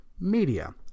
media